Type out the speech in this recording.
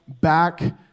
back